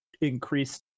increase